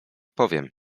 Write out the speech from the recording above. powiem